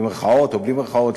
במירכאות או בלי מירכאות,